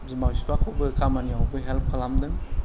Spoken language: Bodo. बिमा बिफाखौबो खामानियावबो हेल्प खालामदों